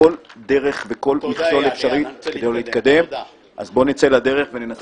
כל החוק הזה מכוון לבני הנוער.